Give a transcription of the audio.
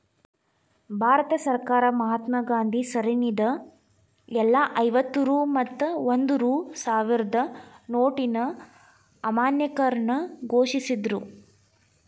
ಭಾರತ ಸರ್ಕಾರ ಮಹಾತ್ಮಾ ಗಾಂಧಿ ಸರಣಿದ್ ಎಲ್ಲಾ ಐವತ್ತ ರೂ ಮತ್ತ ಒಂದ್ ರೂ ಸಾವ್ರದ್ ನೋಟಿನ್ ಅಮಾನ್ಯೇಕರಣ ಘೋಷಿಸಿದ್ರು